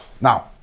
Now